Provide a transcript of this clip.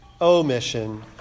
omission